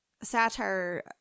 satire